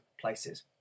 places